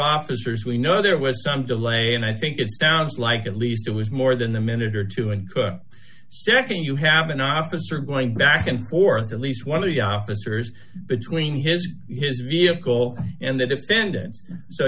officers we know there was some delay and i think it sounds like at least it was more than a minute or two and nd you have an officer going back and forth at least one of the officers between his his vehicle and the defendants so